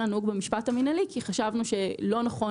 הנהוג במשפט המינהלי כי חשבנו שלא נכון,